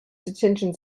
detention